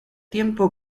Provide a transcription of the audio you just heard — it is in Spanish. tiempo